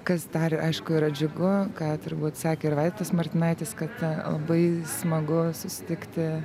kas dar aišku yra džiugu ką turbūt sekė ir vaidotas martinaitis kad labai smagu susitikti